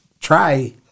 try